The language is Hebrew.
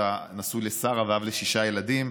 אתה נשוי לשרה ואב לשישה ילדים.